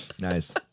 nice